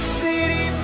city